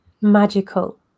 magical